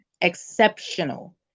exceptional